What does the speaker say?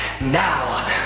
now